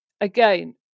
again